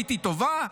הייתי טובה?